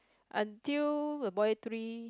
until the boy three